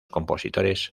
compositores